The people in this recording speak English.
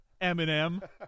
Eminem